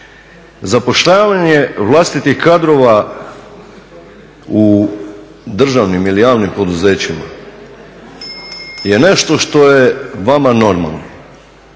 Zapošljavanje vlastitih kadrova u državnim ili javnim poduzećima je nešto što je vama normalno,